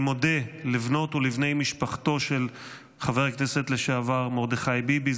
אני מודה לבנות ולבני משפחתו של חבר הכנסת לשעבר מרדכי ביבי,